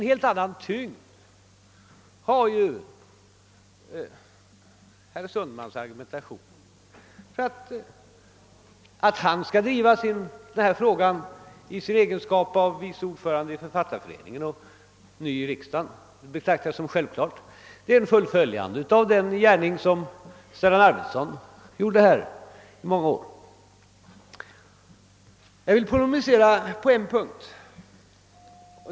Herr Sundmans argumentation är av en helt annan typ. Att han driver den här frågan som vice ordförande i Författarföreningen och som ny i riksdagen betraktar jag som självklart. Det är ett fullföljande av Stellan Arvidsons mångåriga gärning. Jag vill polemisera på en punkt.